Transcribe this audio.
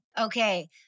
Okay